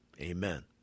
Amen